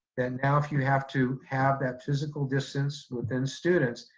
and now if you have to have that physical distance within students,